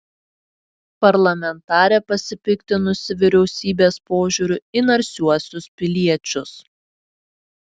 parlamentarė pasipiktinusi vyriausybės požiūriu į narsiuosius piliečius